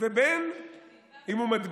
ובין שהוא מדביק.